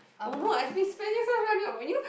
oh no I've been spending so much money you know